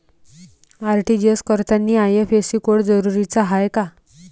RTGS करतांनी IFSC code जरुरीचा हाय का?